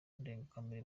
ndengakamere